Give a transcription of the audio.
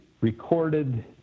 recorded